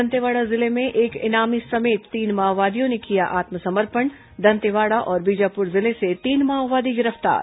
दंतेवाड़ा जिले में एक इनामी समेत तीन माओवादियों ने किया आत्मसमर्पण दंतेवाड़ा और बीजापुर जिले से तीन माओवादी गिरफ्तार